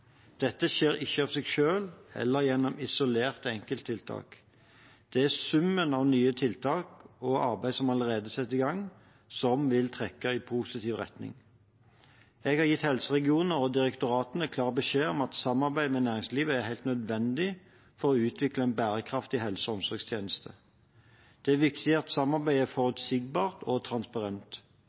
Dette skjer ikke av seg selv eller gjennom isolerte enkelttiltak. Det er summen av nye tiltak og arbeid som allerede er satt i gang, som vil trekke i positiv retning. Jeg har gitt helseregionene og direktoratene klar beskjed om at samarbeid med næringslivet er helt nødvendig for å utvikle en bærekraftig helse- og omsorgstjeneste. Det er viktig at samarbeidet er forutsigbart og transparent.